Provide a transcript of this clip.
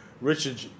Richard